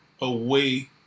away